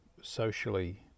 socially